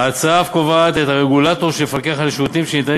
ההצעה אף קובעת את הרגולטור שיפקח על השירותים שניתנים